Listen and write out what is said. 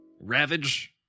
Ravage